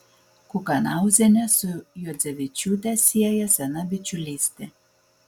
kukanauzienę su juodzevičiūte sieja sena bičiulystė